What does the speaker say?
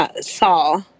saw